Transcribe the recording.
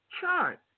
chart